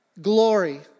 Glory